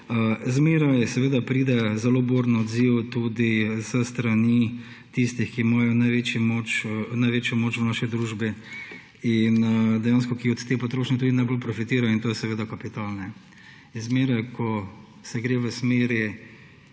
pride seveda zmeraj zelo buren odziv tudi s strani tistih, ki imajo največjo moč v naši družbi in ki dejansko od te potrošnje tudi najbolj profitirajo, in to je seveda kapital. Zmeraj, ko se gre v smeri